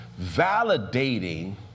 validating